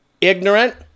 ignorant